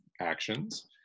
actions